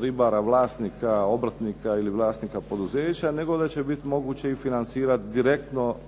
ribara vlasnika, obrtnika, ili vlasnika poduzeća, nego da će biti moguće i financirati direktno